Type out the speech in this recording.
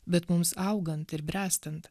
bet mums augant ir bręstant